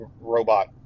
robot